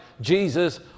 Jesus